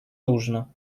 нужно